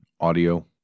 audio